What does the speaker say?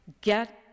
Get